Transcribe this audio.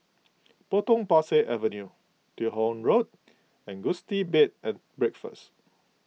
Potong Pasir Avenue Teo Hong Road and Gusti Bed and Breakfast